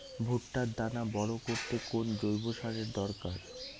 ভুট্টার দানা বড় করতে কোন জৈব সারের দরকার?